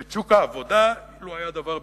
ואת שוק העבודה, אילו היה הדבר בידי,